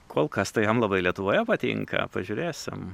kol kas tai jam labai lietuvoje patinka pažiūrėsim